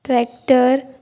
tractor